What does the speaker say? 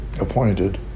appointed